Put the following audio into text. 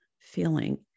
feeling